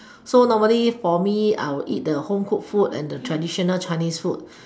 so normally for me I would eat the homecooked food and the traditional chinese food